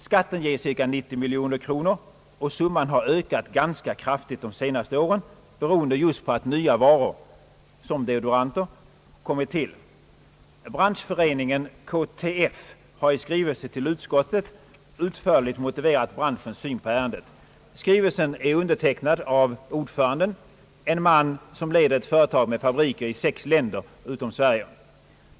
Skatten ger cirka 90 miljoner kronor och summan har ökat ganska kraftigt de senaste åren, beroende just på att nya varor, såsom deodoranter, kommit till. Branschföreningen KTF har i skrivelse till utskottet utförligt motiverat branschens syn på ärendet. Skrivelsen är undertecknad av ordföranden — en man som leder ett företag med fabriker i sex länder förutom Sverige.